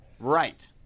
right